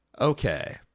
okay